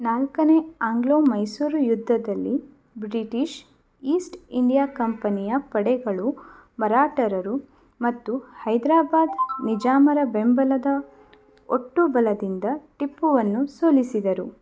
ನಾಲ್ಕನೇ ಆಂಗ್ಲೋ ಮೈಸೂರು ಯುದ್ಧದಲ್ಲಿ British East India ಕಂಪನಿಯ ಪಡೆಗಳು ಮರಾಠರು ಮತ್ತು ಹೈದರಾಬಾದ್ ನಿಜಾಮರ ಬೆಂಬಲದ ಒಟ್ಟು ಬಲದಿಂದ ಟಿಪ್ಪುವನ್ನು ಸೋಲಿಸಿದರು